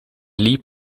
liep